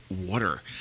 water